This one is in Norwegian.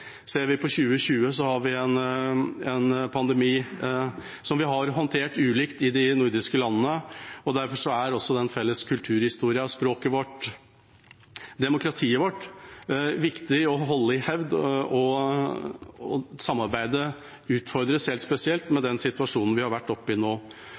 Ser vi på 2020, har vi en pandemi, som vi har håndtert ulikt i de nordiske landene. Derfor er også den felles kulturhistorien, språket vårt og demokratiet vårt viktig å holde i hevd. Samarbeidet utfordres helt spesielt med den situasjonen vi har vært oppe i nå.